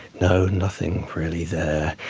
no, nothing really there.